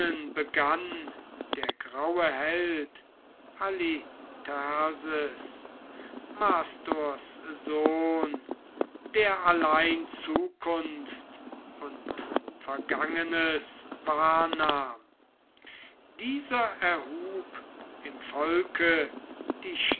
der graue held halitherses mastors sohn der allein zukunft und vergangenes wahrnahm dieser erhub im volke